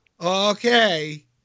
Okay